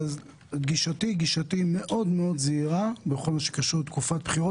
גישתי היא גישה מאוד זהירה בכל מה שקשור לתקופת בחירות,